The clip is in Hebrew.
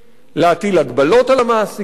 להטיל הגבלות על המעסיקים.